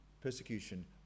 persecution